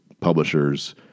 publishers